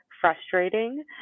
frustrating